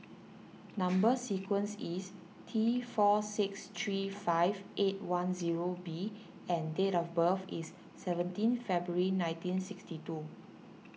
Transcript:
Number Sequence is T four six three five eight one zero B and date of birth is seventeen February nineteen sixty two